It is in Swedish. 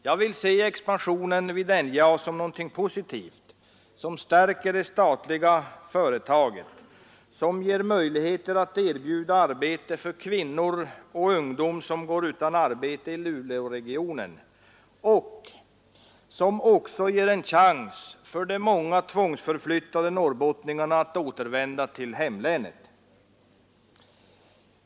Jag vill se expansionen vid NJA som någonting positivt, som stärker det statliga företaget, som ger möjligheter att erbjuda arbete för kvinnor och ungdom som går utan arbete i Luleåregionen och som också ger en chans för de många tvångsförflyttade norrbottningarna att återvända till hemlänet.